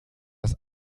das